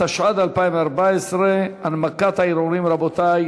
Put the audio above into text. התשע"ד 2014. הנמקת הערעורים, רבותי.